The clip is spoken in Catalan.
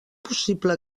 possible